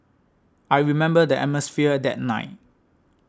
I remember the atmosphere that night